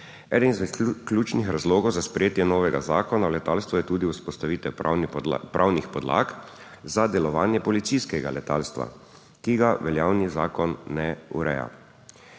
Eden izmed ključnih razlogov za sprejetje novega zakona o letalstvu je tudi vzpostavitev pravnih podlag za delovanje policijskega letalstva, ki ga veljavni zakon ne ureja.